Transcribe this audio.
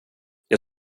jag